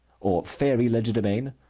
or fairy legerdemain,